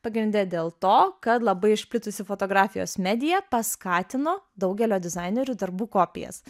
pagrinde dėl to kad labai išplitusi fotografijos medija paskatino daugelio dizainerių darbų kopijas